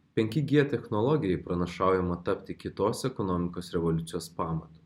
penki g technologijai pranašaujama tapti kitos ekonomikos revoliucijos pamatu